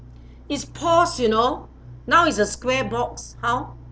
it's paused you know now it's a square box how